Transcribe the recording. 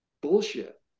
bullshit